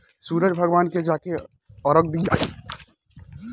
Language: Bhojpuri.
सूरज भगवान के जाके अरग दियाता